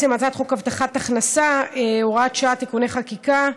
הצעת חוק הבטחת הכנסה (הוראת שעה ותיקוני חקיקה),